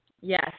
Yes